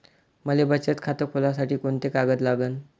मले बचत खातं खोलासाठी कोंते कागद लागन?